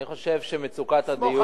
אני חושב שמצוקת הדיור